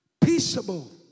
peaceable